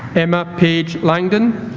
emma paige langdon